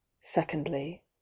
Secondly